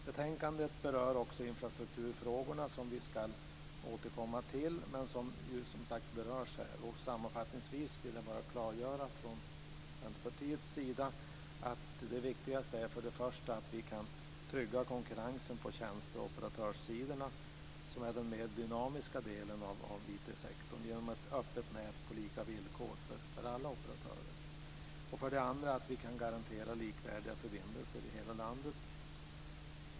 Betänkandet berör också infrastrukturfrågorna, som vi ska återkomma till. Sammanfattningsvis vill jag från Centerpartiets sida bara klargöra att det viktigaste är att vi för det första kan trygga konkurrensen på tjänste och operatörssidorna, som utgör den mer dynamiska delen av IT-sektorn. Det kan vi göra genom ett öppet nät på lika villkor för alla operatörer. För det andra är det viktigt att vi kan garantera likvärdiga förbindelser i hela landet.